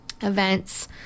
events